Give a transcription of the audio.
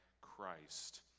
Christ